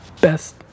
best